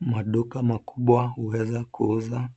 Maduka makubwa huweza kuuza